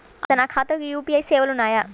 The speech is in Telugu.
అసలు నా ఖాతాకు యూ.పీ.ఐ సేవలు ఉన్నాయా?